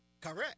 Correct